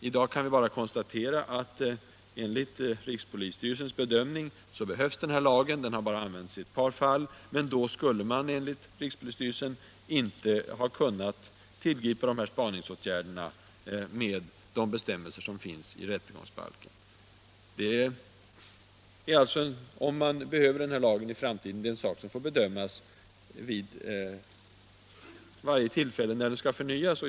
I dag kan vi bara konstatera att enligt rikspolisstyrelsen har man behövt lagen. Den har bara använts i ett par fall, men då skulle man, enligt rikspolisstyrelsen, inte ha kunnat tillgripa dessa spaningsåtgärder med de bestämmelser som finns i rättegångsbalken. Om man behöver denna lag i framtiden är en sak som får bedömas vid varje tillfälle när den skall förnyas.